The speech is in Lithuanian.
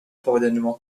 pavadinimo